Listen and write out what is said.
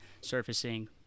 surfacing